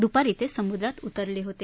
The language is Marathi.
दृपारी ते समुद्रात उतरले होते